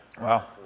Wow